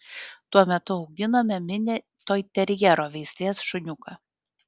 tuo metu auginome mini toiterjero veislės šuniuką